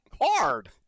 hard